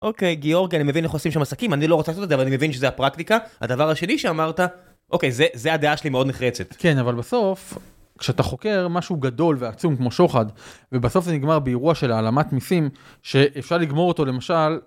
אוקיי, גיאורגיה, אני מבין לך עושים שם עסקים, אני לא רוצה לעשות את זה, אבל אני מבין שזו הפרקטיקה, הדבר השני שאמרת, אוקיי, זו הדעה שלי מאוד נחרצת. כן, אבל בסוף, כשאתה חוקר משהו גדול ועצום כמו שוחד, ובסוף זה נגמר באירוע של העלמת מיסים, שאפשר לגמור אותו למשל...